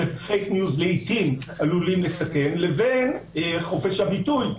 ש"פייק ניוז" לעיתים עלולים לסכן לבין חופש הביטוי.